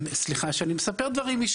סליחה שאני מספר דברים אישיים,